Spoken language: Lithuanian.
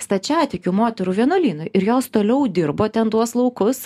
stačiatikių moterų vienuolynui ir jos toliau dirbo ten tuos laukus